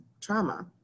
trauma